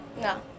No